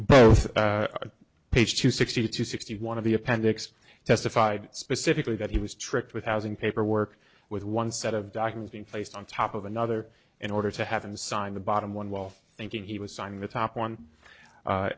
but page two sixty two sixty one of the appendix testified specifically that he was tricked with thousand paperwork with one set of documents being placed on top of another in order to have him sign the bottom one while thinking he was signing the top one